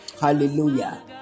Hallelujah